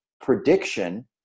prediction